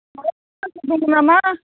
माबाफोर खामानि दं नामा